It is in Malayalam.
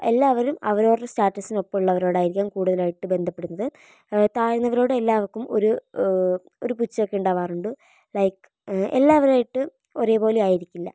എല്ലാവരും അവരവരുടെ സ്റ്റാറ്റസിനൊപ്പമുള്ളവരോടായിരിക്കും കൂടുതലായിട്ട് ബന്ധപ്പെടുന്നത് താഴ്ന്നവരോടെല്ലാവർക്കും ഒരു ഒരു പുച്ഛം ഒക്കെ ഉണ്ടാവാറുണ്ട് ലൈക്ക് എല്ലാവരുമായിട്ടും ഒരേപോലെയായിരിക്കില്ല